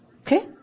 Okay